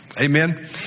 Amen